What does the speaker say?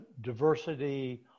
diversity